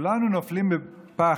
כולנו נופלים בפח,